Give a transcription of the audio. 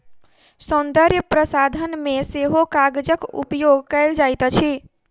सौन्दर्य प्रसाधन मे सेहो कागजक उपयोग कएल जाइत अछि